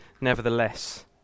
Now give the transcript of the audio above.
nevertheless